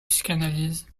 psychanalyse